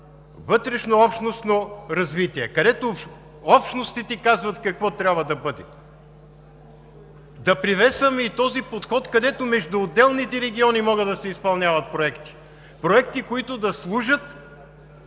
вътрешнообщностно развитие, където общностите казват какво трябва да бъде. Да приветстваме и този подход, където между отделните региони могат да се изпълняват проекти. Проекти, които да служат